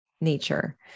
nature